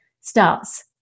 starts